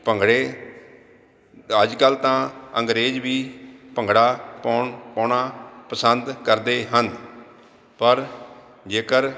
ਭੰਗੜੇ ਅੱਜ ਕੱਲ੍ਹ ਤਾਂ ਅੰਗਰੇਜ਼ ਵੀ ਭੰਗੜਾ ਪਾਉਣ ਪਾਉਣਾ ਪਸੰਦ ਕਰਦੇ ਹਨ ਪਰ ਜੇਕਰ